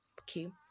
Okay